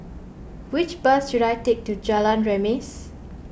which bus should I take to Jalan Remis